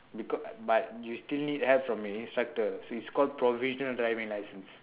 because uh but you still need help from your instructor so it's called provisional driving license